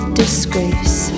disgrace